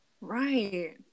right